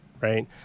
right